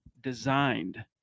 designed